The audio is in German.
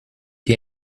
die